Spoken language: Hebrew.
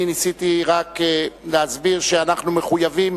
אני ניסיתי רק להסביר שאנחנו מחויבים